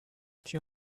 two